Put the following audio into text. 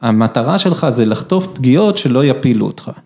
המטרה שלך זה לחטוף פגיעות שלא יפילו אותך.